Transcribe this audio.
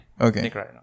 okay